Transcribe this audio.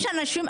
יש אנשים,